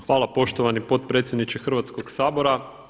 Hvala poštovani potpredsjedniče Hrvatskog sabora.